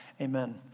Amen